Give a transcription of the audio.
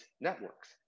networks